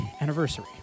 anniversary